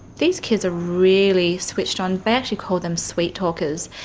these kids are really switched on. they actually call them sweet-talkers.